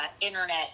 internet